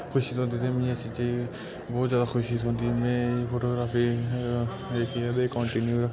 खुशी थोह्ंदी ते मी सच्ची बोह्त जैदा खुशी थोह्ंदी ते में फोटोग्राफी जेह्ड़ी ऐ ते कंटिन्यू रक्खना चाह्ना